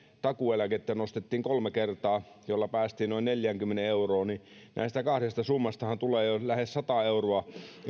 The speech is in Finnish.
takuueläkettä nostettiin kolme kertaa millä päästiin noin neljäänkymmeneen euroon niin näistä kahdesta summastahan tulee jo lähes sata euroa